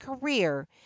career